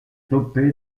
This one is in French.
dopé